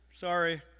sorry